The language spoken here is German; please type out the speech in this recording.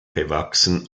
bewachsen